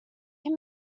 him